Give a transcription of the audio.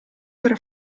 per